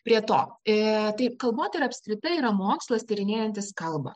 prie to e taip kalbotyra apskritai yra mokslas tyrinėjantis kalba